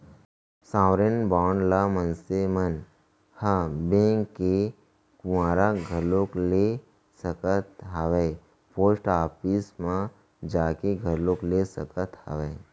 sovereign bond ल मनसे मन ह बेंक के दुवारा घलोक ले सकत हावय पोस्ट ऑफिस म जाके घलोक ले सकत हावय